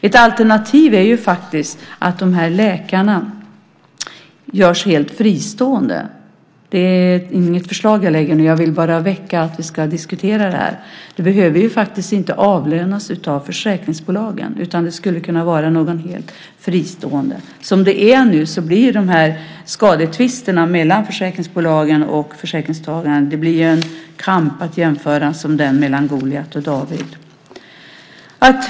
Ett alternativ är att de här läkarna görs helt fristående. Det är inget förslag jag lägger, utan jag vill bara väcka en diskussion. De behöver inte avlönas av försäkringsbolagen, utan det skulle kunna vara någon helt fristående. Som det är nu blir skadetvisterna mellan försäkringsbolagen och försäkringstagarna som en kamp, att jämföra med den mellan Goliat och David.